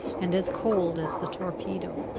and as cold as the torpedo.